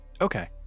Okay